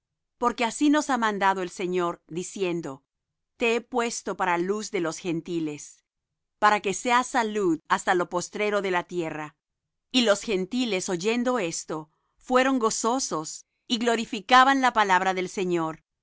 porque así nos ha mandado el señor diciendo te he puesto para luz de los gentiles para que seas salud hasta lo postrero de la tierra y los gentiles oyendo esto fueron gozosos y glorificaban la palabra del señor